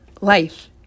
life